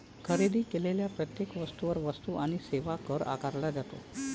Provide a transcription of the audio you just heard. खरेदी केलेल्या प्रत्येक वस्तूवर वस्तू आणि सेवा कर आकारला जातो